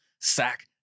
sack